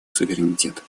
суверенитет